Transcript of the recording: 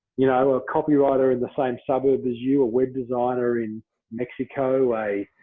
you know, a copywriter in the same suburb as you, a web designer in mexico away,